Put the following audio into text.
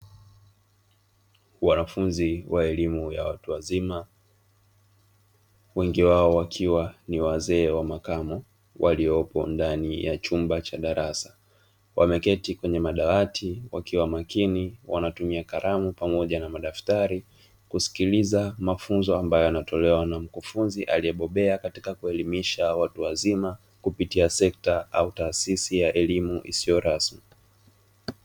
Wanafunzi wa elimu ya watu wazima wengi wao wakiwa ni wazee wa makamo waliopo ndani ya chumba cha darasa. Wameketi kwenye madawati wakiwa makini wanatumia kalamu pamoja na madaftari, kusikiliza mafunzo yanayotolewa na mkufunzi aliyebobea kwenye kuelimisha watu wazima kupitia sekta au taasisi ya elimu isiyo rasmi.